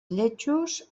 lletjos